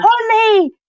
holly